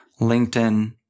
LinkedIn